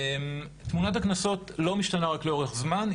תמונת הקנסות לא רק משתנה לאורך זמן,